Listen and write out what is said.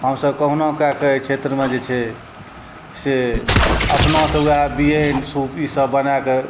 हमसब कहुना कऽ कऽ एहि क्षेत्रमे जे छै से अपनासँ वएह बिअनि शोपीससब बनाकऽ